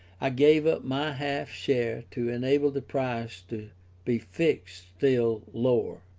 i gave up my half share to enable the price to be fixed still lower.